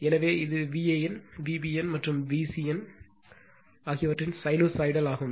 எனவே இது Van Vbn மற்றும் Vcn ஆகியவற்றின் சைனூசாய்டல் ஆகும்